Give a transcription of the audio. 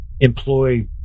employ